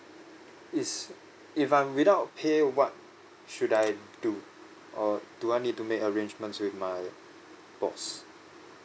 is if I'm without pay what should I do or do I need to make arrangements with my boss